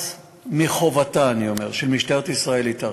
אז מחובתה של משטרת ישראל להתערב.